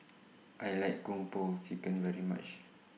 I like Kung Po Chicken very much